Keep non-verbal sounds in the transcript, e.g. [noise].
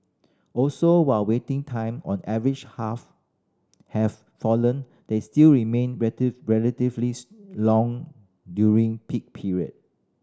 also while waiting time on average half have fallen they still remain [unintelligible] relatively [unintelligible] long during peak period